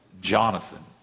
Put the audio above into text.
Jonathan